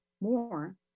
more